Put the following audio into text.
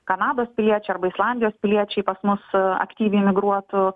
kanados piliečiai arba islandijos piliečiai pas mus aktyviai migruotų